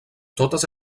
totes